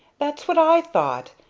that's what i thought,